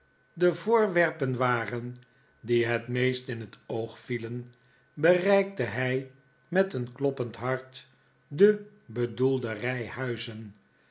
de voorwerpen waren die het meest in het oog vielen bereikte hij met een kloppend hart de bedoelde rij huizen